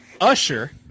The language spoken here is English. Usher